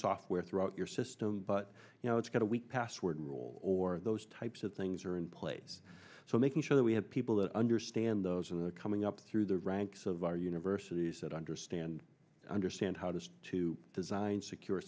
software throughout your system but you know it's got a weak password rules or those types of things are in place so making sure that we have people that understand those of the coming up through the ranks of our universities that understand understand how to to design secure